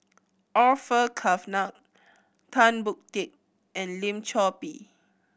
Orfeur Cavenagh Tan Boon Teik and Lim Chor Pee